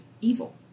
evil